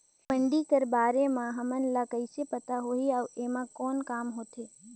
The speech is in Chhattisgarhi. मंडी कर बारे म हमन ला कइसे पता होही अउ एमा कौन काम होथे?